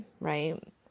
right